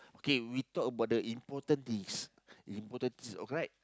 okay we talk about the important things the important things alright